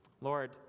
Lord